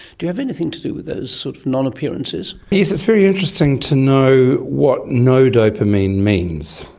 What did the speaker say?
do you have anything to do with those sort of non-appearances? yes, it's very interesting to know what no dopamine means.